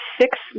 six